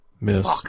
Miss